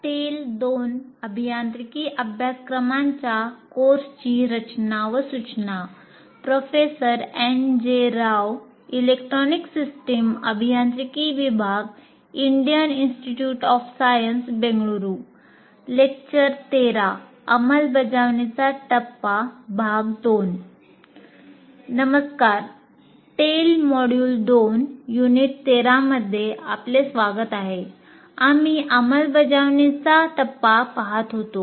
नमस्कार TEL module 2 unit 13 मध्ये आपले स्वागत आहे आम्ही अंमलबजावणीचा टप्पा पहात होतो